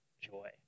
joy